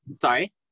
Sorry